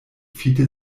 fiete